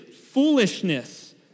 foolishness